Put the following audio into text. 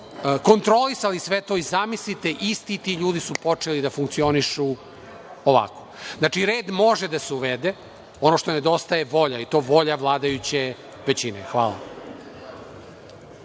kontrolisali sve to i, zamislite, isti ti ljudi su počeli da funkcionišu ovako. Znači, red može da se uvede. Ono što nedostaje je volja, i to volja vladajuće većine. Hvala.